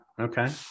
okay